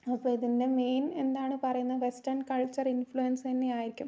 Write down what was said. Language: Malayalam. അപ്പം ഇതിൻ്റെ മെയിൻ എന്താണ് പറയുന്നത് വെസ്റ്റേൺ കൾച്ചർ ഇൻഫ്ലുവൻസ് തന്നെ ആയിരിക്കും